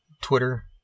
Twitter